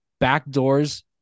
backdoors